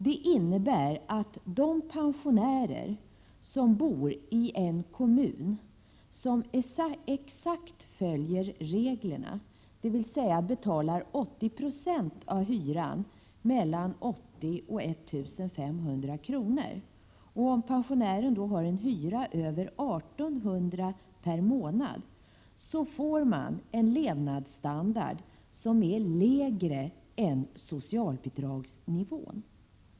Det innebär att de pensionärer som bor i en kommun som exakt följer reglerna, dvs. betalar 80 20 av hyran mellan 80 och 1 500 kr, och har en hyra över 1 800 kr. per månad får en levnadsstandard som är lägre än socialbidragsnivån.